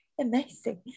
amazing